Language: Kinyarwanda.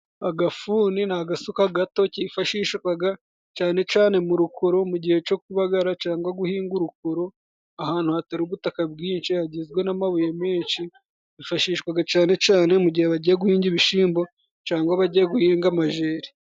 Agafuni ni agasuka gato kifashishwaga cane cane mu rukoro, mu gihe cyo kubagara, cangwa guhinga urukoro, ahantu hatari ubutaka bwinshi hagizwe n'amabuye menshi. Kifashishwaga cane cane mu gihe bagiye guhinga ibishimbo cangwa bagiye guhinga amajeri.